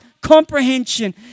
comprehension